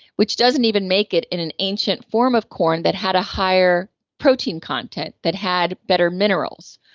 which doesn't even make it in an ancient form of corn that had a higher protein content, that had better minerals.